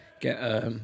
get